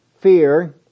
fear